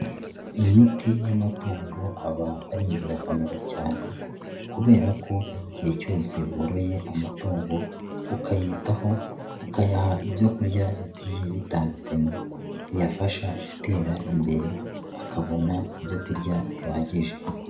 Imiti y'amatungo aba ari ingirakamaro cyane kubera ko igihe cyose woroye amatungo ukayitaho, ukayaha ibyo kurya bigiye bitandukanye biyafasha gutera imbere akabona ibyo kurya bihagije.